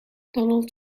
donald